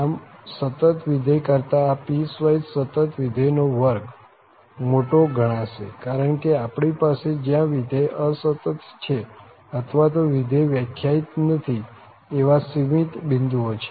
આમ સતત વિધેય કરતા આ પીસવાઈસ સતત વિધેયનો વર્ગ મોટો ગણાશે કારણ કે આપણી પાસે જ્યાં વિધેય અસતત છે અથવા તો વિધેય વ્યાખ્યાયિત નથી એવા સીમિત બિંદુઓ છે